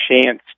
chance